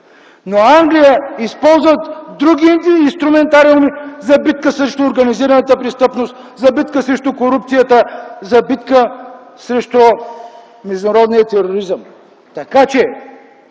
В Англия използват други инструментариуми за битка срещу организираната престъпност, за битка срещу корупцията, за битка срещу международния тероризъм. Нека